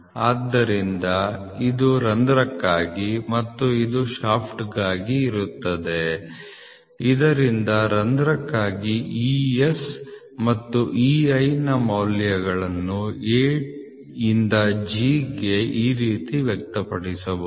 ಆದ್ದರಿಂದ ಇದು ರಂಧ್ರಕ್ಕಾಗಿ ಮತ್ತು ಇದು ಶಾಫ್ಟ್ಗಾಗಿರುತ್ತದೆ ಆದ್ದರಿಂದ ರಂಧ್ರಕ್ಕಾಗಿ E S ಮತ್ತು E Iನ ಮೌಲ್ಯಗಳನ್ನು A ಯಿಂದ G ಗೆ ಈ ರೀತಿ ವ್ಯಕ್ತಪಡಿಸಬಹುದು